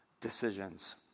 decisions